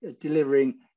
delivering